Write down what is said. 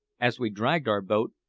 as we dragged our boat,